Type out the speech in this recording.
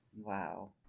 Wow